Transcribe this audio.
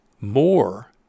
more